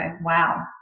wow